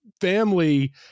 family